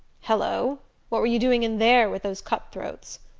hallo what were you doing in there with those cut-throats?